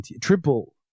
triple